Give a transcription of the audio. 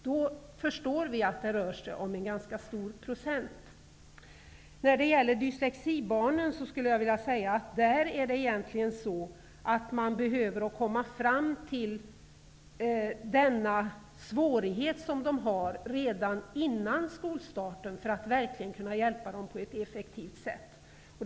Då förstår vi att det rör sig om en ganska stor procentsiffra. När det gäller dyslexibarnen behöver man komma fram till den svårighet som de har redan före skolstarten för att verkligen kunna hjälpa dem på ett effektivt sätt.